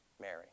Mary